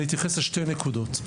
אני אתייחס לשתי נקודות: